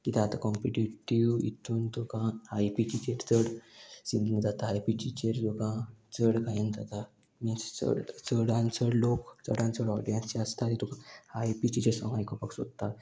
किद्या आतां कॉम्पिटिटीव हितून तुका हाय पिचीचेर चड सिंगींग जाता हाय पिचीचेर तुका चड गायन जाता मिन्स चड चडान चड लोक चडान चड ऑडियन्स जे आसता ती तुका हाय पिचीचेर सोंग आयकुपाक सोदता